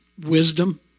wisdom